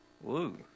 Woo